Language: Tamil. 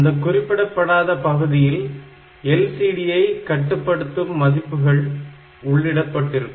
அந்த குறிப்பிடப்படாத பகுதியில் LCD ஐ கட்டுப்படுத்தும் மதிப்புகள் உள்ளிடப்பட்டிருக்கும்